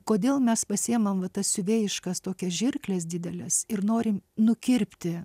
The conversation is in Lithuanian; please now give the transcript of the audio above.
kodėl mes pasiėmam va tas judėjiškas tokias žirkles dideles ir norim nukirpti